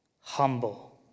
humble